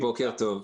בוקר טוב.